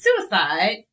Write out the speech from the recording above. suicide